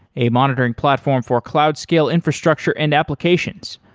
a monitoring platform for cloud scale infrastructure and applications.